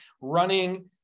running